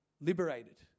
liberated